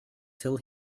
till